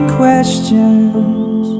questions